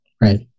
Right